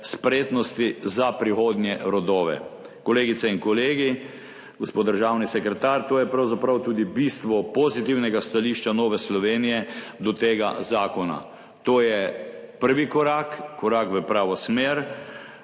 spretnosti za prihodnje rodove.« Kolegice in kolegi, gospod državni sekretar, to je pravzaprav tudi bistvo pozitivnega stališča Nove Slovenije do tega zakona. To je prvi korak, korak v pravo smer,